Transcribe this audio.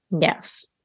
Yes